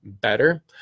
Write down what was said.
better